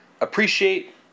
appreciate